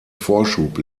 vorschub